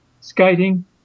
Skating